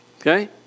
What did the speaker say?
okay